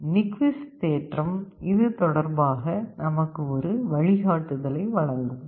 Nyquist தேற்றம் இது தொடர்பாக நமக்கு ஒரு வழிகாட்டுதலை வழங்கும்